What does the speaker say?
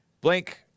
blank